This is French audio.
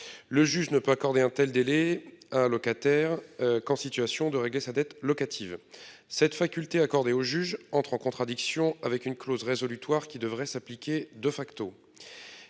Le juge ne peut accorder un tel délai locataire qu'en situation de régler sa dette locative cette faculté accordée aux juges, entre en contradiction avec une clause résolutoire qui devrait s'appliquer de facto.